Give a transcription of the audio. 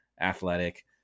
athletic